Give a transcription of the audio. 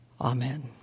Amen